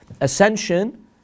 ascension